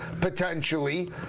potentially